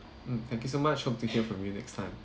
mm thank you so much hope to hear from you next time